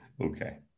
Okay